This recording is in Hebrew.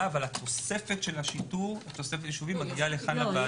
אבל התוספת של השיטור מגיעה לכאן לוועדה.